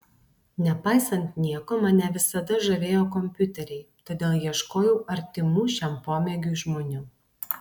nepaisant nieko mane visada žavėjo kompiuteriai todėl ieškojau artimų šiam pomėgiui žmonių